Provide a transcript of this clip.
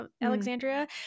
Alexandria